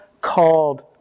called